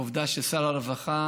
העובדה ששר הרווחה